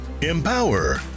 empower